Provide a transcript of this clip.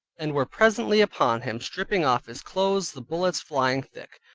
and were presently upon him, stripping off his clothes, the bullets flying thick,